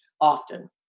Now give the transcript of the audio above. often